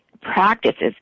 practices